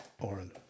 Oren